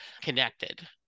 connected